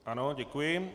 Ano, děkuji.